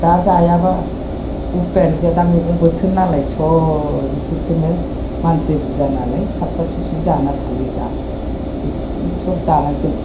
दा जायाबा उफायानो गैया दा मैगं बोथोर नालाय सब बेफोरखौनो मानसि बुरजा नालाय साबसाब सुबसुब जाना थायो दा बेफोरखौनो सब जानांगोन